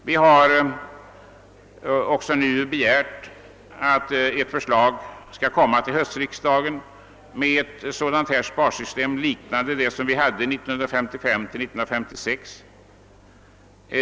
Vi har begärt att ett förslag skall framläggas till höstriksdagen om ett sparsystem liknande det som fanns under åren 1955—1956.